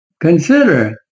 Consider